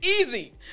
Easy